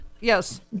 Yes